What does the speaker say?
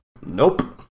nope